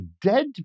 dead